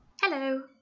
Hello